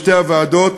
בשתי הוועדות,